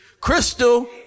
crystal